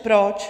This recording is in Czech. Proč?